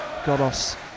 Godos